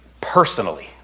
personally